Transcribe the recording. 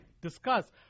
discuss